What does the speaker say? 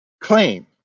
claim